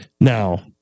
now